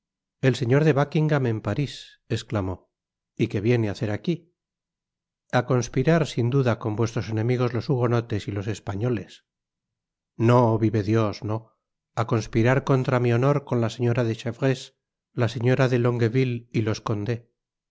el señor de buckingam en paris esclamó y qué viene á hacer aquí a conspirar sin duda con vuestros enemigos los hugonotes y los españoles no vive dios no á conspirar contra mi honor con la señora de chevreuse la señora de longueville y los condé